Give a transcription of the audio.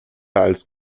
als